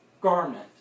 garment